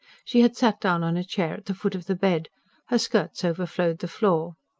she had sat down on a chair at the foot of the bed her skirts overflowed the floor.